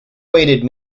weighted